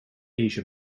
asia